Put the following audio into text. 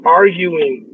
arguing